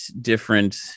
different